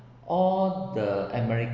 all the american